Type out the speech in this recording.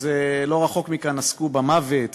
אז לא רחוק מכאן עסקו במוות,